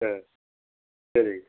சரி சரிங்க